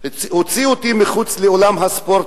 הוציא אותי מחוץ לאולם הספורט,